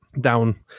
down